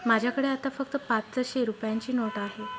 माझ्याकडे आता फक्त पाचशे रुपयांची नोट आहे